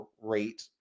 rate